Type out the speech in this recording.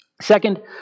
Second